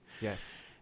yes